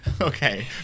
Okay